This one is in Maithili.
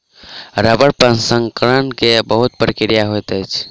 रबड़ प्रसंस्करण के बहुत प्रक्रिया होइत अछि